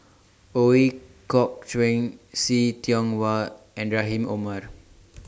Ooi Kok Chuen See Tiong Wah and Rahim Omar